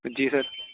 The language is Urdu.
جی سر